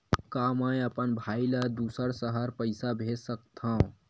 का मैं अपन भाई ल दुसर शहर पईसा भेज सकथव?